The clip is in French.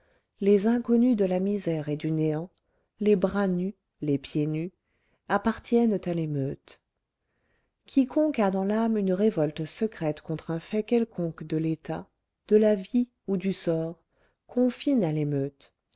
les inconnus de la misère et du néant les bras nus les pieds nus appartiennent à l'émeute quiconque a dans l'âme une révolte secrète contre un fait quelconque de l'état de la vie ou du sort confine à l'émeute